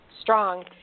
strong